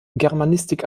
germanistik